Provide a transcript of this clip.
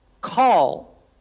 call